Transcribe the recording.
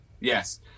Yes